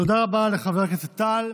תודה רבה לחבר הכנסת טל.